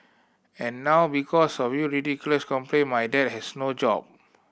and now because of you ridiculous complaint my dad has no job